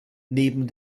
neben